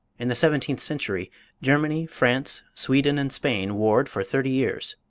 in the seventeenth century germany, france, sweden, and spain warred for thirty years.